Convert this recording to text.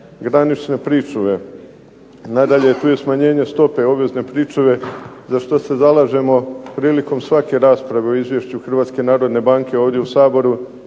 granične pričuve. Nadalje, tu je smanjenje stope obvezne pričuve za što se zalažemo prilikom svake rasprave o Izvješću Hrvatske narodne banke ovdje u Saboru